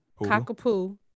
Cockapoo